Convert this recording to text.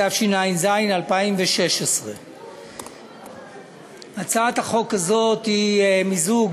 התשע"ז 2016. הצעת החוק הזאת היא מיזוג